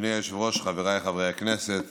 אדוני היושב-ראש, חבריי חברי הכנסת